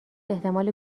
احتمال